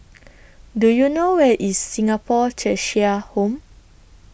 Do YOU know Where IS Singapore Cheshire Home